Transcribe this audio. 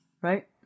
Right